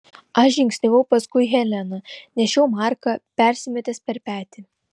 aš žingsniavau paskui heleną nešiau marką persimetęs per petį